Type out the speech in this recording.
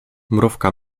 mrówka